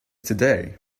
today